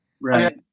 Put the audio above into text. Right